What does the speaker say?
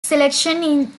selection